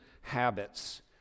habits